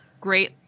great